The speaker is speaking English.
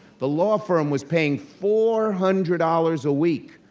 the law firm was paying four hundred dollars a week.